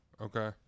Okay